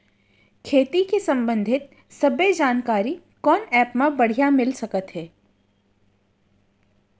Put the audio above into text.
खेती के संबंधित सब्बे जानकारी कोन एप मा बढ़िया मिलिस सकत हे?